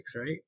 right